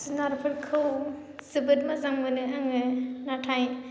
जुनारफोरखौ जोबोद मोजां मोनो आङो नाथाय